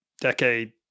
decade